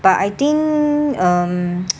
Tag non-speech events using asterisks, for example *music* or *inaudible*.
but I think um *noise*